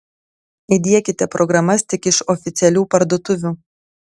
įdiekite programas tik iš oficialių parduotuvių